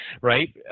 right